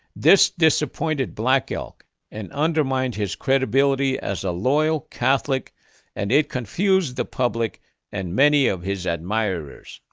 this disappointed black elk and undermined his credibility as a loyal catholic and it confused the public and many of his admirers.